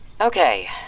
Okay